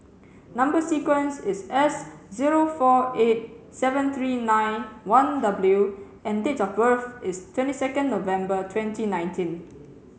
number sequence is S zero four eight seven three nine one W and date of birth is twenty second November twenty nineteen